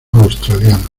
australiano